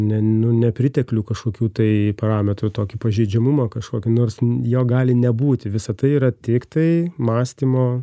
ne nu nepriteklių kažkokių tai parametrų tokį pažeidžiamumą kažkokį nors jo gali nebūti visa tai yra tiktai mąstymo